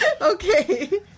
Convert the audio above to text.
okay